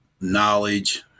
knowledge